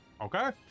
Okay